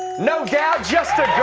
no doubt just a